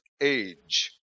age